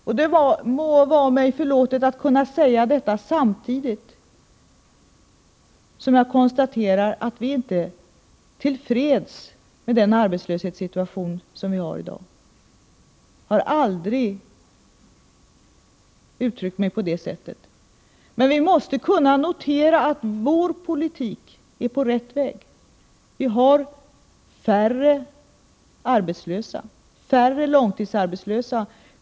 Det må vara mig tillåtet att säga det, samtidigt som jag konstaterar att vi inte är till freds med den arbetslöshetssituation som vi har i dag — jag har aldrig sagt att vi skulle vara det. Men vi måste kunna notera att vår politik är på rätt väg. Vi har färre arbetslösa och färre långtidsarbetslösa.